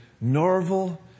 Norval